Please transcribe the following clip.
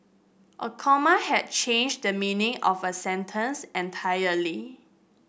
a comma had change the meaning of a sentence entirely